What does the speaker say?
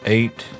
Eight